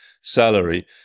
salary